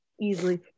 easily